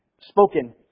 spoken